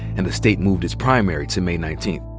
and the state moved its primary to may nineteenth.